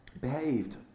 behaved